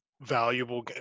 valuable